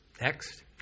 next